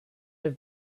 have